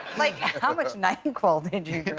like how much nyquil did you